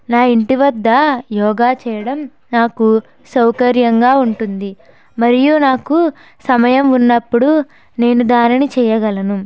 నా ఇంటి వద్ద యోగ చేయడం నాకు సౌకర్యంగా ఉంటుంది మరియు నాకు సమయం ఉన్నప్పుడు నేను దానిని చేయగలను